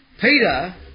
Peter